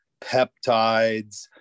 peptides